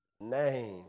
name